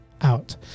out